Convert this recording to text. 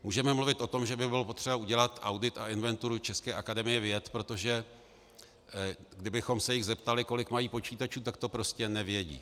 Můžeme mluvit o tom, že by bylo potřeba udělat audit a inventuru české Akademie věd, protože kdybychom se jich zeptali, kolik mají počítačů, tak to prostě nevědí.